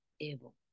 able